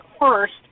first